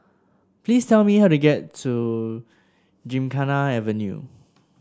please tell me how to get to Gymkhana Avenue